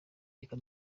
reka